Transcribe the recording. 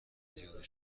زیاد